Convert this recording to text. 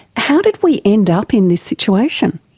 how did we end up in this situation?